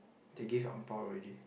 they gave angbao already